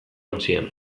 ontzian